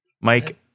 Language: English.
mike